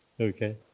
okay